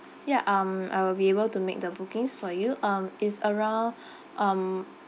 ya um I will be able to make the bookings for you um it's around um